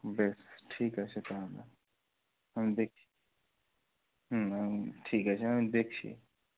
বেশ ঠিক আছে তাহলে আমি দেখছি হুম ঠিক আছে আমি দেখছি